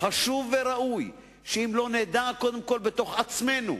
חשוב וראוי שאם לא נדע קודם כול בתוך עצמנו,